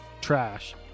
trash